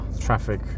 traffic